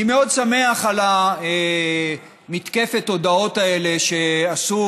אני מאוד שמח על מתקפת ההודעות האלה שעשו